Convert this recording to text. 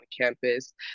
campus